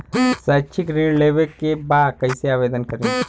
शैक्षिक ऋण लेवे के बा कईसे आवेदन करी?